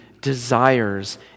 desires